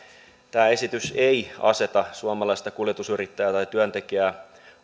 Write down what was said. tämä esitys ei aseta suomalaista kuljetusyrittäjää tai työntekijää